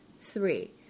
Three